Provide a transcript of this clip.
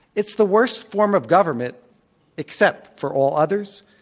it's the worst form of government except for all others.